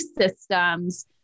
systems